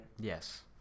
Yes